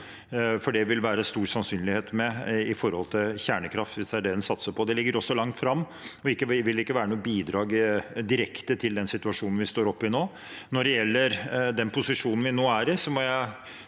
Det vil det være stor sannsynlighet for med kjernekraft, hvis det er det man satser på. Det ligger også langt fram og vil ikke være noe bidrag direkte til den situasjonen vi står oppi nå. Når det gjelder den posisjonen vi nå er i, må jeg